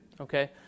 Okay